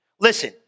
Listen